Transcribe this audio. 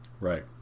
right